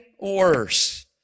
worse